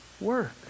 work